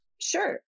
Sure